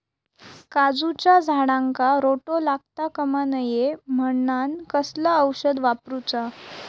काजूच्या झाडांका रोटो लागता कमा नये म्हनान कसला औषध वापरूचा?